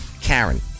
Karen